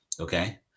Okay